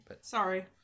sorry